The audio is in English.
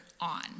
on